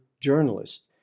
journalist